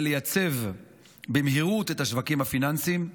לייצב במהירות את השווקים הפיננסיים,